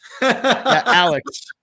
Alex